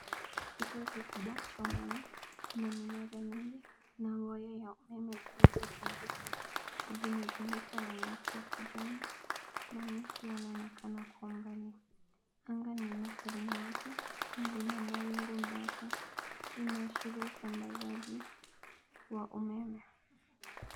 Kituo kikubwa cha umeme na iminara mingi na waya za umeme zilizopangika, zimezugukwa na nyasi ya kijani na miti inaonekana kwa umbali. Anga ni la rangi ya samawati na ina mawingu meupe. Inaashiria usambazaji wa umeme.